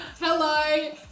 Hello